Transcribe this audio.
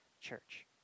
Church